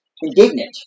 indignant